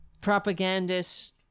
Propagandist